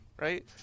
Right